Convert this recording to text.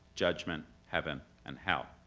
judgment, heaven and hell.